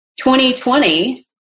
2020